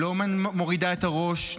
לא מורידה את הראש,